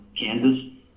Kansas